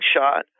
shot